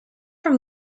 from